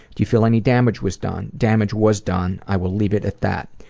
do you feel any damage was done? damage was done, i will leave it at that.